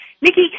Nikki